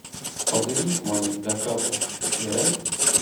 padaryk man bekapą gerai